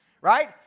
Right